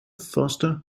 foster